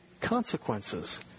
consequences